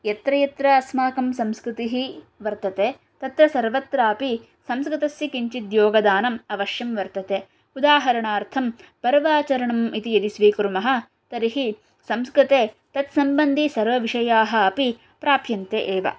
यत्र यत्र अस्माकं संस्कृतिः वर्तते तत्र सर्वत्रापि संस्कृतस्य किञ्चित् योगदानम् अवश्यं वर्तते उदाहरणार्थं पर्वाचरणम् इति यदि स्वीकुर्मः तर्हि संस्कृते तत्सम्बन्धिसर्वविषयाः अपि प्राप्यन्ते एव